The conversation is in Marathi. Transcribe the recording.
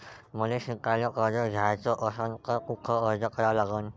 मले शिकायले कर्ज घ्याच असन तर कुठ अर्ज करा लागन?